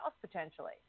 potentially